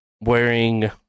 wearing